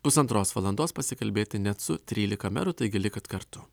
pusantros valandos pasikalbėti net su trylika merų tai gali kad kartu